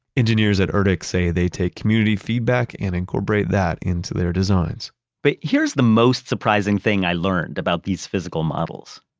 engineers at erdc say they take community feedback and incorporate that into their designs but here's the most surprising thing i learned about these physical models.